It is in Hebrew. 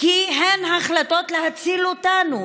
כי הן החלטות להציל אותנו,